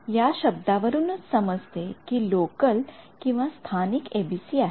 या शब्दावरून च समजते कि हि लोकलस्थानिक एबीसी आहे